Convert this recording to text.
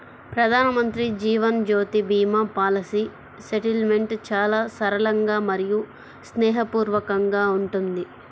ప్రధానమంత్రి Jeevan Jyoti Bima policy settlement చాలా సరళంగా మరియు స్నేహపూర్వకంగా ఉంటుంది